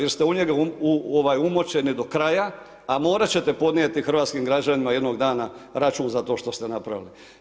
Jer ste u njega umočeni do kraja, a morat ćete podnijeti hrvatskim građanima jednog dana račun za to što ste napravili.